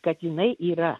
kad jinai yra